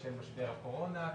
בשל משבר הקורונה.